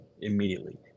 immediately